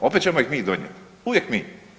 Opet ćemo ih mi donijeti, uvijek mi.